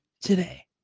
today